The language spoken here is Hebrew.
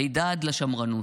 הידד לשמרנות.